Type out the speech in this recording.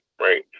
right